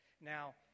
Now